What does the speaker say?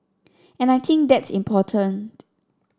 and I think that's important